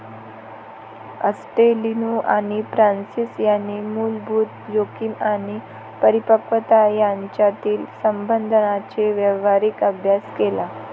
ॲस्टेलिनो आणि फ्रान्सिस यांनी मूलभूत जोखीम आणि परिपक्वता यांच्यातील संबंधांचा व्यावहारिक अभ्यास केला